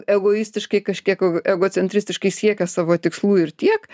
egoistiškai kažkiek egocentristiškai siekia savo tikslų ir tiek